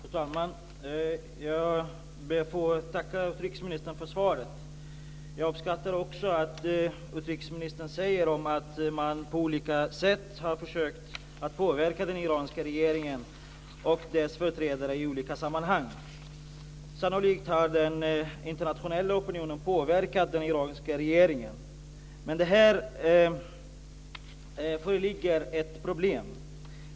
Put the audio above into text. Fru talman! Jag ber att få tacka utrikesministern för svaret. Jag uppskattar också att utrikesministern säger att man på olika sätt har försökt att påverka den iranska regeringen och dess företrädare i olika sammanhang. Sannolikt har den internationella opinionen påverkat den iranska regeringen. Men här föreligger ett problem.